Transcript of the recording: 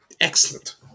excellent